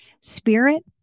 spirit